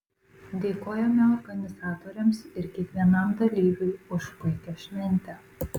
dėkojame organizatoriams ir kiekvienam dalyviui už puikią šventę